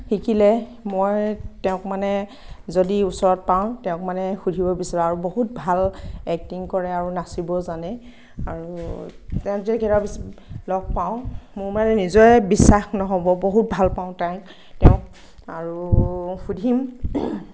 শিকিলে মই তেওঁক মানে যদি ওচৰত পাওঁ তেওঁক মানে সুধিব বিচাৰোঁ আৰু বহুত ভাল এক্টিঙ কৰে আৰু নাচিবও জানে আৰু তেওঁক যদি কেতিয়াবা লগ পাওঁ মোৰ মানে নিজৰে বিশ্বাস নহ'ব বহুত ভাল পাওঁ তাইক তেওঁক আৰু সুধিম